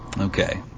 Okay